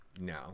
No